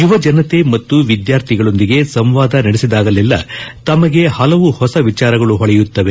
ಯುವಜನತೆ ಮತ್ತು ವಿದ್ಯಾರ್ಥಿಗಳೊಂದಿಗೆ ಸಂವಾದ ನಡೆಸಿದಾಗೆಲ್ಲಾ ತಮಗೆ ಹಲವು ಹೊಸ ವಿಚಾರಗಳು ಹೊಳೆಯುತ್ತವೆ